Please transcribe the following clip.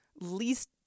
Least